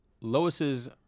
Lois's